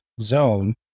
Zone